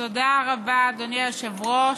תודה רבה, אדוני היושב-ראש.